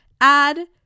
add